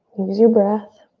use your breath.